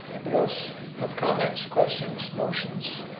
anybody else have comments, questions, motions?